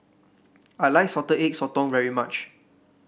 I like Salted Egg Sotong very much